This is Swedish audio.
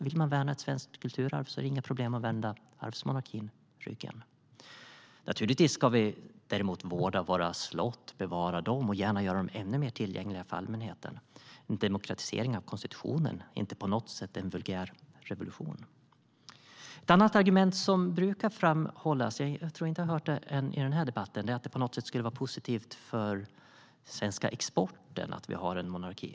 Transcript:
Vill man värna ett svenskt kulturarv är det inga problem att vända arvsmonarkin ryggen. Ett annat argument som brukar framhållas, fast jag tror inte att jag har hört i den här debatten, är att det på något sätt skulle vara positivt för den svenska exporten att vi har en monarki.